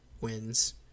wins